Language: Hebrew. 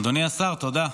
אדוני השר, תודה.